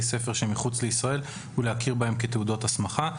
ספר שמחוץ לישראל ולהכיר בהן כתעודות הסמכה.